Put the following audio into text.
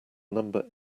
number